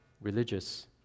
religious